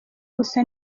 gusa